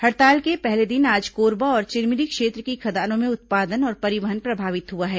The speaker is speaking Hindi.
हड़ताल के पहले दिन आज कोरबा और चिरमिरी क्षेत्र की खदानों में उत्पादन और परिवहन प्रभावित हुआ है